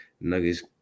Nuggets